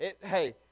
Hey